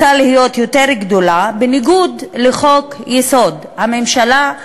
רוצה להיות יותר גדולה, בניגוד לחוק-יסוד: הממשלה.